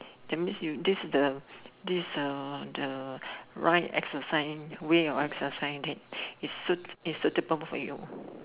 that means you this is the is the right exercise right way of exercise that is suitable for you